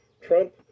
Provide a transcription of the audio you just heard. Trump